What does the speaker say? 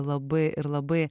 labai ir labai